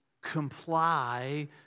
comply